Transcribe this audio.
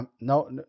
no